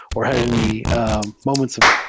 or had any moments of